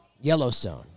Yellowstone